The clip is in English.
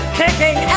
kicking